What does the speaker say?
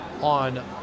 on